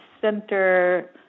center